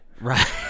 Right